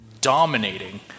dominating